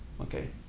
okay